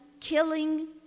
killing